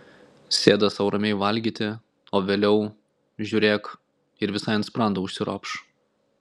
sėda sau ramiai valgyti o vėliau žiūrėk ir visai ant sprando užsiropš